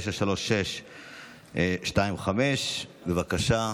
936/25. בבקשה,